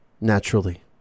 naturally